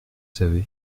savez